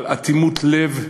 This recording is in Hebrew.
אבל אטימות לב,